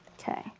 Okay